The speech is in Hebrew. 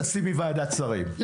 תשימי ועדת שרים,